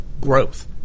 growth